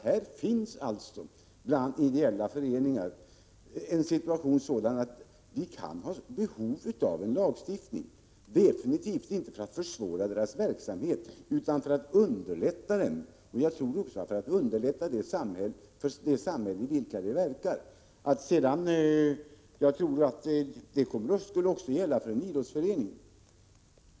Här finns bland ideella föreningar en situation som är sådan att vi kan ha behov av en lagstiftning — definitivt inte för att försvåra deras verksamhet utan för att underlätta den och för att underlätta för det samhälle i vilket de verkar. Det skulle också gälla för en idrottsförening.